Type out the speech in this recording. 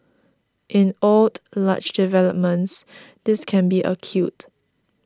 in old large developments this can be acute